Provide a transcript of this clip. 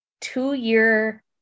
two-year